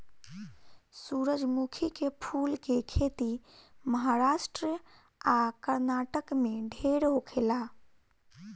सूरजमुखी के फूल के खेती महाराष्ट्र आ कर्नाटक में ढेर होखेला